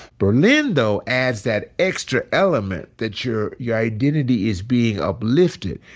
berlin, though, adds that extra element that your your identity is being uplifted,